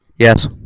Yes